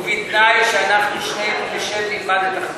ובתנאי שאנחנו שנינו נשב נלמד את החת"ם